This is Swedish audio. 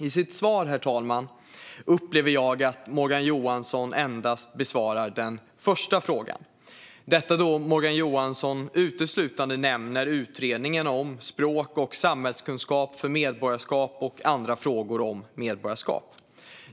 Jag upplever att Morgan Johansson i sitt svar endast besvarar den första frågan, herr talman, detta då Morgan Johansson uteslutande nämner utredningen om språk och samhällskunskap för medborgarskap och andra frågor om medborgarskap.